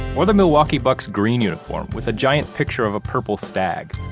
or, the milwaukee bucks green uniform with a giant picture of a purple stag.